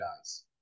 guys